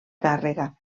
càrrega